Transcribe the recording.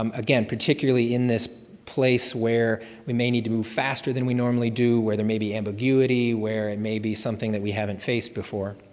um again, particularly in this place where we may need to move faster than we normally do, where there may be ambiguity, where it may be something that we haven't faced before.